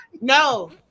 No